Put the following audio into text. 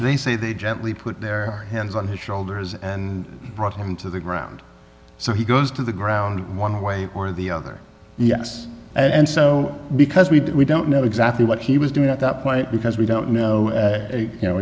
they say they gently put their hands on his shoulders and brought him to the ground so he goes to the ground one way or the other yes and so because we did we don't know exactly what he was doing at that point because we don't know you know